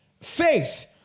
faith